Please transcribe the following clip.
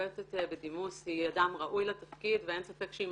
ששופטת בדימוס היא אדם ראוי לתפקיד ואין ספק שאם